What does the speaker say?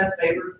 favor